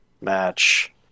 match